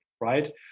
right